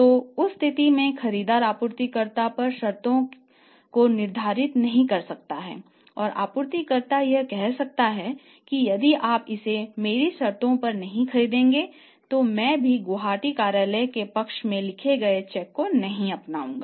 तो उस स्थिति में खरीदार आपूर्तिकर्ता पर शर्तों को निर्धारित नहीं कर सकता है और आपूर्तिकर्ता यह कह सकता है कि यदि आप इसे मेरी शर्तों पर नहीं खरीदेंगे तो मैं भी गुवाहाटी कार्यालय के पक्ष में लिख गए चेक को नहीं अपनाउंगा